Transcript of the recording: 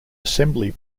assembly